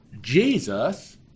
Jesus